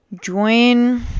Join